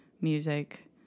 music